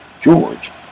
George